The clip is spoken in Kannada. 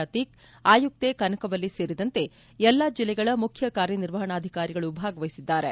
ಆತೀಕ್ ಆಯುಕ್ತೆ ಕನಕವಲ್ಲಿ ಸೇರಿದಂತೆ ಎಲ್ಲ ಜಿಲ್ಲೆಗಳ ಮುಖ್ಯ ಕಾರ್ಯ ನಿರ್ವಹಣಾಧಿಕಾರಿಗಳು ಭಾಗವಹಿಸಿದ್ದಾರೆ